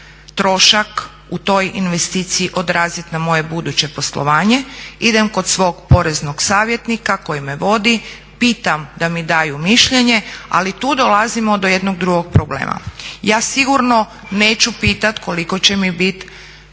trošak u toj investiciji odrazit na moje buduće poslovanje. Idem kod svog poreznog savjetnika koji me vodi, pitam da mi daju mišljenje, ali tu dolazimo do jednog drugog problema. Ja sigurno neću pitat koliko će mi bit